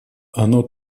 оно